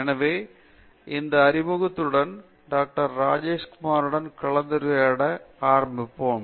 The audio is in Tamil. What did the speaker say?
எனவே இந்த அறிமுகத்துடன் டாக்டர் ராஜேஷ் குமாருடன் கலந்துரையாட ஆரம்பிப்போம்